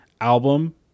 album